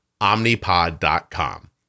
omnipod.com